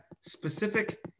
specific